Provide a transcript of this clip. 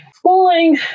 Schooling